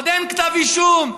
עוד אין כתב אישום,